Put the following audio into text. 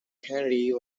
kennedy